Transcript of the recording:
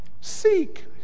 seek